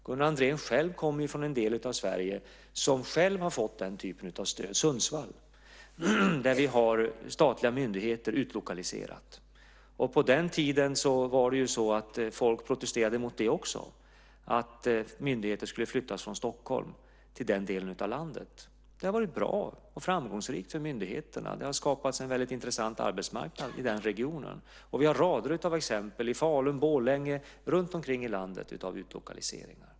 Gunnar Andrén själv kommer från en del av Sverige som just har fått den typen av stöd, Sundsvall, där vi har statliga myndigheter utlokaliserade. Folk protesterade mot att myndigheter skulle flyttas från Stockholm till den delen av landet. Det har varit bra och framgångsrikt för myndigheterna. Det har skapats en väldigt intressant arbetsmarknad i den regionen. Vi har rader av exempel i Falun, Borlänge och runtom i landet på utlokaliseringar.